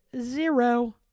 Zero